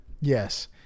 Yes